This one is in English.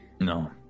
no